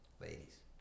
ladies